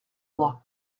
mois